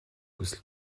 хүсэл